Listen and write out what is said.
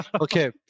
okay